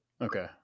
Okay